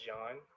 John